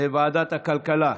לוועדת הכלכלה נתקבלה.